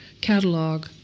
catalog